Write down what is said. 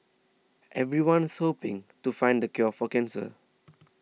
everyone's hoping to find the cure for cancer